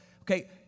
okay